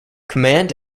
command